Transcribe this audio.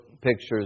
pictures